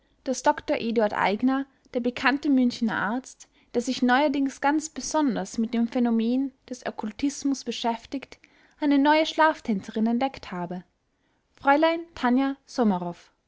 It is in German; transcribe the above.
daß dr ed aigner der bekannte münchener arzt der sich neuerdings ganz besonders mit dem phänomen des okkultismus beschäftigt eine neue schlaftänzerin entdeckt habe fräulein tania